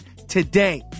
today